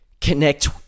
connect